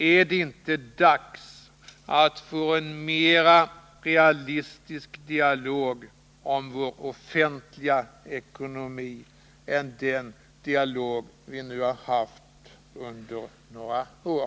Är det inte dags att få en mera realistisk dialog om vår offentliga ekonomi än den vi nu har haft under några år?